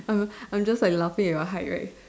I'm a I'm just like laughing at your height right